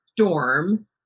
Storm